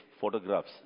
photographs